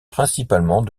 principalement